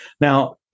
Now